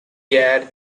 aired